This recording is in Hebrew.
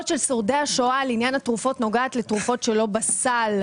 האחרונות ובטח עכשיו בתקופה של אינפלציה גבוהה.